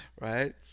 right